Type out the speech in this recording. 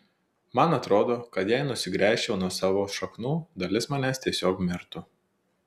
man atrodo kad jei nusigręžčiau nuo savo šaknų dalis manęs tiesiog mirtų